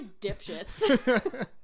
dipshits